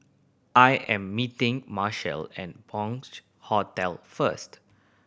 I am meeting Marshal at Bunc Hostel first